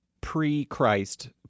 pre-Christ